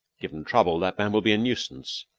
given trouble, that man will be a nuisance,